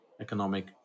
economic